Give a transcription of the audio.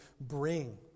bring